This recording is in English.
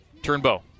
Turnbow